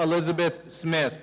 elizabeth smith